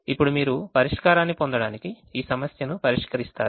ఇప్పుడు మీరు పరిష్కారాన్ని పొందడానికి ఈ సమస్యను పరిష్కరిస్తారు